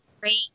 great